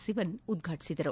ಶಿವನ್ ಉದ್ವಾಟಿಸಿದರು